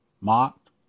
mocked